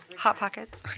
hot pockets.